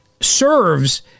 serves